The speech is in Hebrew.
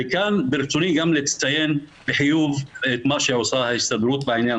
וכאן ברצוני גם לציין בחיוב את מה שעושה ההסתדרות בעניין